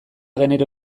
genero